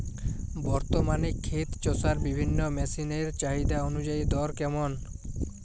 বর্তমানে ক্ষেত চষার বিভিন্ন মেশিন এর চাহিদা অনুযায়ী দর কেমন?